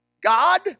God